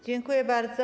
Dziękuję bardzo.